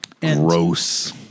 Gross